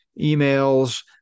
emails